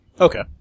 Okay